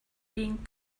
being